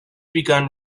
begun